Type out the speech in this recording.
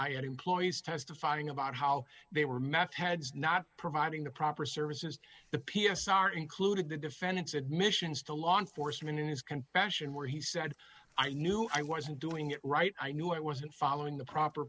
any employees testifying about how they were meth heads not providing the proper services the p s u are included the defendant's admissions to law enforcement in his confession where he said i knew i wasn't doing it right i knew it wasn't following the proper